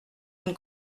une